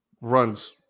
runs